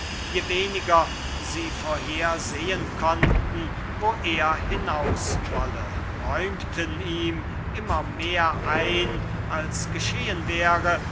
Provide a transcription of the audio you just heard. je weniger sie vorhersehen konnten wo er hinaus wolle räumten ihm immer mehr ein als geschehen wäre